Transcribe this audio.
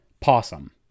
Possum